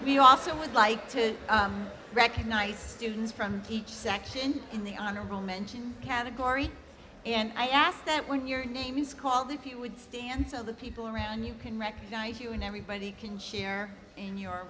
we also would like to recognize students from each section in the honorable mention category and i ask that when your name is called if you would stand so the people around you can recognize you and everybody can share in your